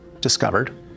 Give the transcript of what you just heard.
discovered